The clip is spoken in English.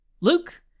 Luke